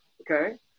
Okay